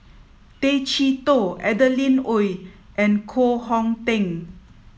Tay Chee Toh Adeline Ooi and Koh Hong Teng